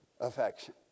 affection